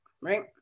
right